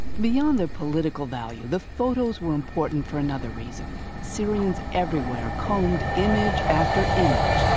beyond their political value, the photos were important for another reason. syrians everywhere combed image after image,